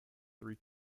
three